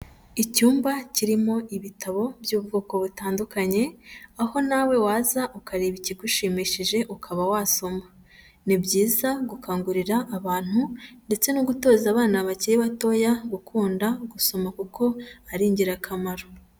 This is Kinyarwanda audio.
Icyumba kirimo ibitabo by'ubwoko butandukanye aho nawe waza ukareba ikigushimishije ukaba wasoma, ni byiza gukangurira abantu ndetse no gutoza abana bakiri batoya gukunda gusoma kuko ari ingirakamaro.